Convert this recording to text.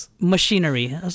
machinery